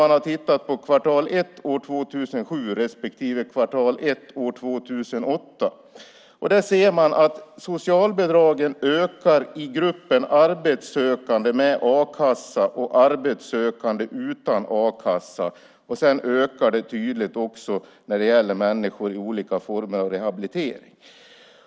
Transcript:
Man har tittat på kvartal ett år 2007 respektive kvartal ett år 2008. Där ser man att socialbidragen ökar i gruppen arbetssökande med a-kassa och arbetssökande utan a-kassa. Sedan ökar det också tydligt när det gäller människor i olika former av rehabilitering.